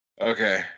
Okay